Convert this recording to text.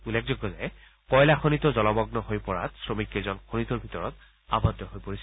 উল্লেখযোগ্য যে কয়লাখনিটোত জলমগ্ন হৈ পৰা শ্ৰমিককেইজন খনিটোৰ ভিতৰত আৱদ্ধ হৈ পৰিছিল